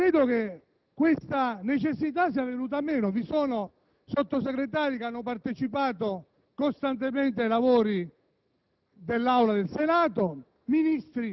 dopo un anno e più credo che questa necessità sia venuta meno. Vi sono Sottosegretari che hanno partecipato costantemente ai lavori